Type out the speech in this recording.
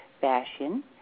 fashion